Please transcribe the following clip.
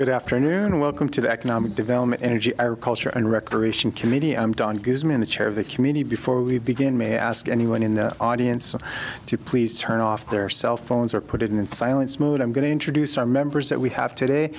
good afternoon and welcome to the economic development energy our culture and recreation committee i'm don gives me the chair of the community before we begin may i ask anyone in the audience to please turn off their cell phones or put it in silence mood i'm going to introduce our members that we have today